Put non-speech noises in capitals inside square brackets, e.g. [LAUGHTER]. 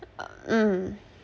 [NOISE] mm